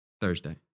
Thursday